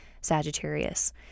Sagittarius